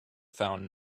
found